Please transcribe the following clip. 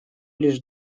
лишь